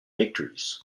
victories